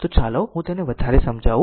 તો ચાલો હું તેને વધારે સમજાવું